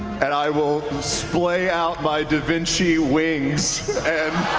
and i will splay out my da vinci wings and